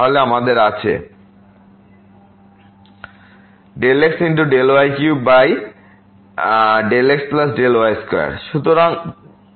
তাহলে আমাদের আছে ΔxΔy3ΔxΔy2 সুতরাং যখন Δy → 0